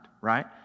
right